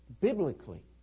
biblically